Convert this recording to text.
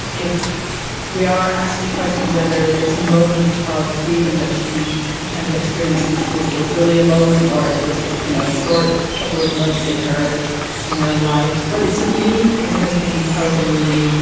if we are asked to question whether this moment of freedom that she kind of experiences is literally a moment or is just, as, you know, a short couple of months in her in her life. but it's a really interesting, powerful movie,